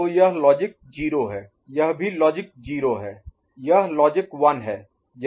तो यह लॉजिक 0 है यह भी लॉजिक 0 है यह लॉजिक 1 है